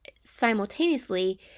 simultaneously